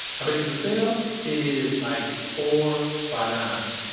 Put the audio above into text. how big is the cell? it is like four by nine,